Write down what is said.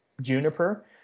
juniper